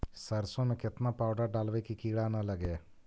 सरसों में केतना पाउडर डालबइ कि किड़ा न लगे?